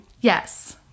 Yes